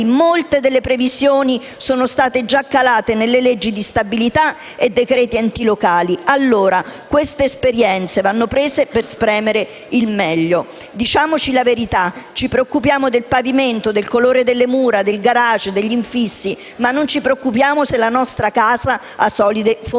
molte delle previsioni sono state già calate nelle leggi di stabilità e nei decreti enti locali. Queste esperienze vanno prese per ricavarne il meglio. Diciamoci la verità, ci preoccupiamo del pavimento, del colore delle mura, del garage o degli infissi, ma non ci chiediamo se la nostra casa ha solide fondamenta,